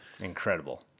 Incredible